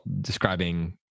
describing